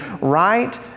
right